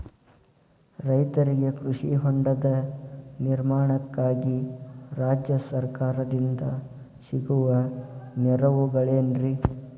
ರೈತರಿಗೆ ಕೃಷಿ ಹೊಂಡದ ನಿರ್ಮಾಣಕ್ಕಾಗಿ ರಾಜ್ಯ ಸರ್ಕಾರದಿಂದ ಸಿಗುವ ನೆರವುಗಳೇನ್ರಿ?